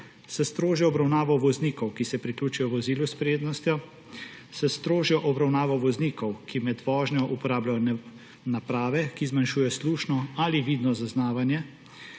s strožjo obravnavo voznikov, ki se priključijo vozilu s prednostjo; s strožjo obravnavo voznikov, ki med vožnjo uporabljajo naprave, ki zmanjšujejo slušno ali vidno zaznavanje;